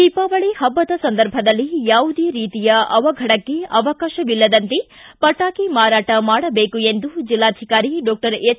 ದೀಪಾವಳಿ ಹಬ್ಬದ ಸಂದರ್ಭದಲ್ಲಿ ಯಾವುದೇ ರೀತಿಯ ಅವಘಡಕ್ಕೆ ಅವಕಾಶವಿಲ್ಲದಂತೆ ಪಟಾಕಿ ಮಾರಾಟ ಮಾಡಬೇಕು ಎಂದು ಜಿಲ್ಲಾಧಿಕಾರಿ ಡಾಕ್ಟರ್ ಹೆಚ್